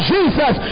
Jesus